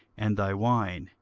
and thy wine,